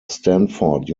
stanford